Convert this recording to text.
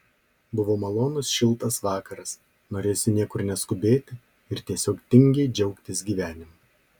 buvo malonus šiltas vakaras norėjosi niekur neskubėti ir tiesiog tingiai džiaugtis gyvenimu